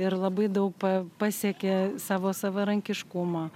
ir labai daug pa pasiekė savo savarankiškumą